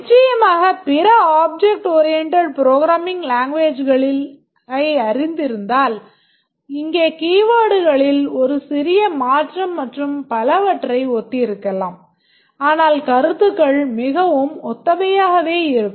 நிச்சயமாக பிற object oriented programming languages ஐ அறிந்திருந்தால் இங்கே keywordsகளில் ஒரு சிறிய மாற்றம் மற்றும் பலவற்றை ஒத்திருக்கலாம் ஆனால் கருத்துக்கள் மிகவும் ஒத்தவையாகவே இருக்கும்